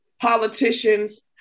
politicians